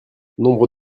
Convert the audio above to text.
nombre